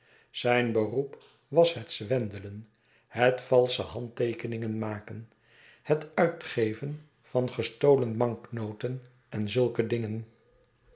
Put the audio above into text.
zijn beroep was het zwendelen het valsche handteekeningen maken het uitgeven van gestolen banknoten en zulke dingen